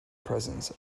presence